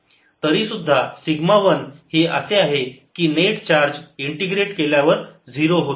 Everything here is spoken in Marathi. तरीसुद्धा सिग्मा वन हे असे आहे की नेट चार्ज इंटिग्रेट केल्यावर 0 होतो